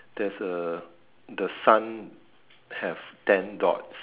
there's a the sun have ten dots